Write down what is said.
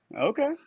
Okay